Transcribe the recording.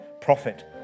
profit